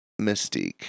Mystique